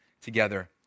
together